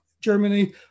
Germany